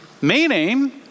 Meaning